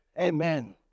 Amen